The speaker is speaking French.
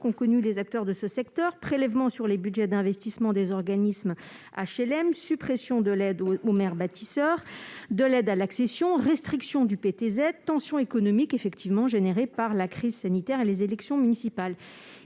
qu'ont connues les acteurs de ce secteur : prélèvements sur les budgets d'investissement des organismes HLM, suppression de l'aide aux maires bâtisseurs ainsi que de l'aide à l'accession, restriction du prêt à taux zéro (PTZ), tensions économiques générées par la crise sanitaire et les élections municipales.